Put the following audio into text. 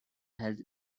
health